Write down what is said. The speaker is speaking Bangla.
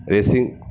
বেশি